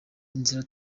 inzira